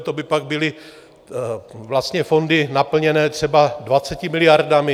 To by pak byly vlastně fondy naplněné třeba dvaceti miliardami.